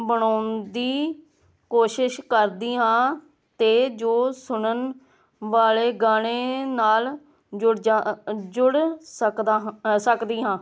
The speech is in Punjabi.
ਬਣਾਉਣ ਦੀ ਕੋਸ਼ਿਸ਼ ਕਰਦੀ ਹਾਂ ਅਤੇ ਜੋ ਸੁਣਨ ਵਾਲੇ ਗਾਣੇ ਨਾਲ ਜੁੜ ਜਾ ਜੁੜ ਸਕਦਾ ਹਾਂ ਸਕਦੀ ਹਾਂ